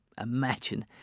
imagine